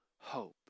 hope